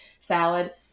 salad